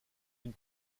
une